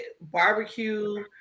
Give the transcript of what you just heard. barbecue